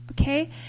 okay